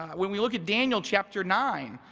when we look at daniel chapter nine,